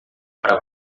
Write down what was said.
para